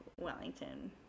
Wellington